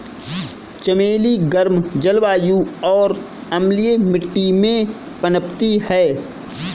चमेली गर्म जलवायु और अम्लीय मिट्टी में पनपती है